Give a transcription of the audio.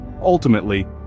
ultimately